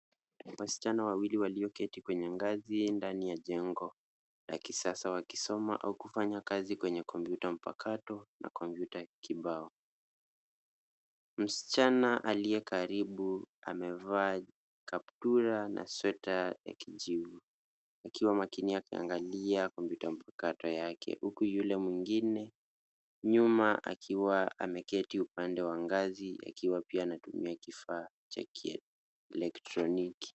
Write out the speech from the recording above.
Wasichana wawili walioketi kwenye ngazi ndani ya jengo la kisasa wakisoma au kufanya kazi kwenye kompyuta mpakato na kompyuta kibao. Msichana aliye karibu amevaa kaptula na sweta ya kijivu akiwa makini akiangalia kompyuta mpakato yake huku yule mwingine nyuma akiwa ameketi upande wa ngazi akiwa pia anatumia kifaa cha kielektroniki.